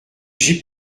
j’y